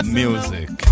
music